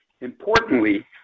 Importantly